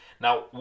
Now